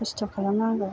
खस्त' खालामनांगौ